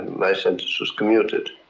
my sentence was commuted.